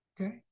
okay